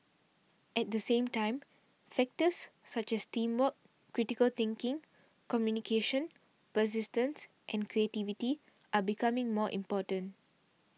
at the same time factors such as teamwork critical thinking communication persistence and creativity are becoming more important